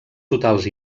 totals